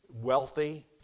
wealthy